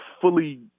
fully